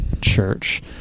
church